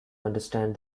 understand